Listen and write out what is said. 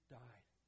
died